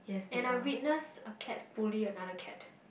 and I witness a cat bully another cat